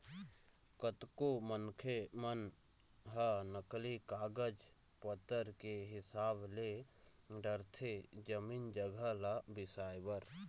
कतको मनखे मन ह नकली कागज पतर के हिसाब ले डरथे जमीन जघा ल बिसाए बर